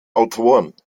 autoren